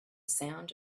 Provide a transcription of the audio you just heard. sound